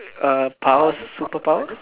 err powers superpower